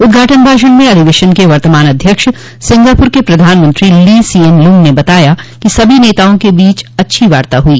उद्घाटन भाषण में अधिवेशन के वर्तमान अध्यक्ष सिंगापुर के प्रधानमंत्री ली सियेन लूंग ने बताया कि सभी नेताओं के बीच अच्छी वार्ता हुई